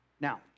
Now